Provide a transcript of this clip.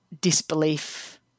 disbelief